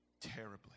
terribly